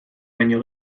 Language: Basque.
baino